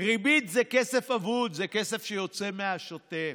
ריבית זה כסף אבוד, זה כסף שיוצא מהשוטף,